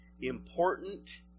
important